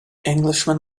englishman